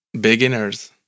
beginners